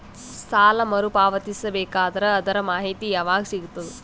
ಸಾಲ ಮರು ಪಾವತಿಸಬೇಕಾದರ ಅದರ್ ಮಾಹಿತಿ ಯವಾಗ ಸಿಗತದ?